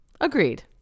Agreed